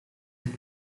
het